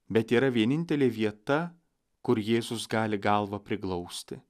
bet yra vienintelė vieta kur jėzus gali galvą priglausti